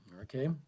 Okay